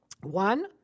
One